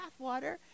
bathwater